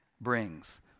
brings